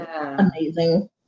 amazing